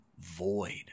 void